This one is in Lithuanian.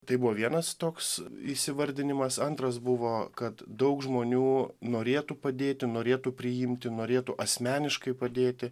tai buvo vienas toks įsivardinimas antras buvo kad daug žmonių norėtų padėti norėtų priimti norėtų asmeniškai padėti